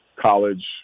college